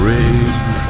Rage